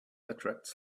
attracts